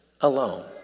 alone